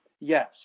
Yes